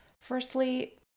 Firstly